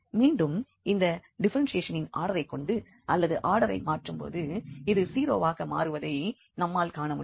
மீண்டும் இந்த டிப்பேரென்ஷியேஷனின் ஆடரைக் கொண்டு அல்லது ஆடரை மாற்றும்போது இது 0 வாக மாறுவதை நம்மால் காணமுடியும்